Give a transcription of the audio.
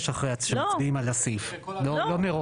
מי